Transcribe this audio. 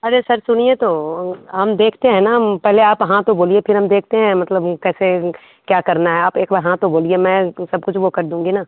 अरे सर सुनिए तो हम देखते हैं ना हम पहले आप हाँ तो बोलिए फिर हम देखते हैं मतलब कैसे क्या करना है आप एक बार हाँ तो बोलिए मैं सब कुछ वह कर दूँगी ना